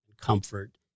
comfort